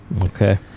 okay